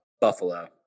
Buffalo